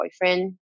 boyfriend